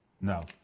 No